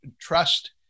trust